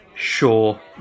Sure